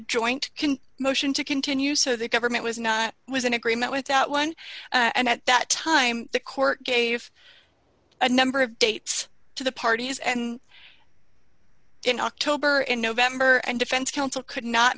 joint can motion to continue so the government was not was in agreement with that one and at that time the court gave a number of dates to the parties and in october and november and defense counsel could not